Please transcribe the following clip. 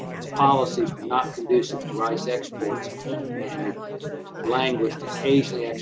its policies were not conducive to rice exports and it language occasionally